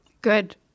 Good